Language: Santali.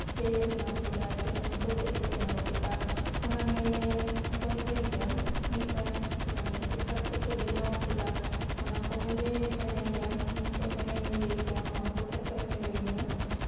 ᱪᱮᱫ ᱞᱮ ᱵᱮᱱᱟᱣ ᱠᱮᱫᱟ ᱥᱮ ᱩᱱᱠᱩ ᱪᱮᱫ ᱠᱚ ᱵᱮᱱᱟᱣ ᱠᱮᱫᱟ ᱚᱱᱟ ᱱᱤᱭᱮ ᱞᱮ ᱜᱚᱞᱯᱚᱷᱚᱭ ᱜᱮᱭᱟ ᱢᱤᱫᱵᱟᱨ ᱪᱮᱫ ᱞᱮᱠᱟ ᱠᱟᱛᱮᱜ ᱵᱮᱱᱟᱣ ᱠᱮᱫᱟ ᱚᱱᱟ ᱠᱚᱸᱦᱚᱸ ᱞᱮ ᱥᱮᱲᱟᱭ ᱜᱮᱭᱟ ᱤᱧ ᱴᱷᱮᱡ ᱠᱷᱚᱱ ᱦᱚᱧ ᱞᱟᱹᱭ ᱜᱮᱭᱟ ᱩᱱᱠᱩ ᱴᱷᱮᱡ ᱠᱷᱚᱱ ᱦᱚᱧ ᱞᱟᱹᱭ ᱜᱮᱭᱟ